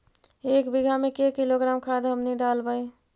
एक बीघा मे के किलोग्राम खाद हमनि डालबाय?